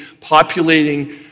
populating